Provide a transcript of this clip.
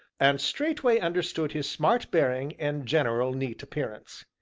and straightway understood his smart bearing, and general neat appearance.